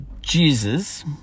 Jesus